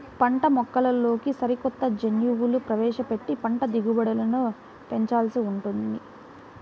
పంటమొక్కల్లోకి సరికొత్త జన్యువులు ప్రవేశపెట్టి పంట దిగుబడులను పెంచాల్సి ఉంది